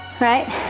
right